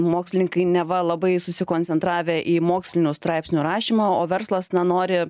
mokslininkai neva labai susikoncentravę į mokslinių straipsnių rašymą o verslas na nori